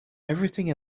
everything